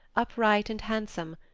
upright and handsome,